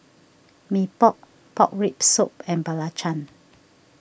Mee Pok Pork Rib Soup and Belacan